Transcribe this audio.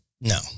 No